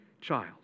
child